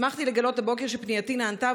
שמחתי לגלות הבוקר שפנייתי נענתה,